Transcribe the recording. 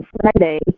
Friday